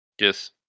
yes